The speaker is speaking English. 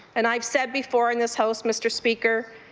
and i said before in this house, mr. speaker,